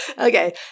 Okay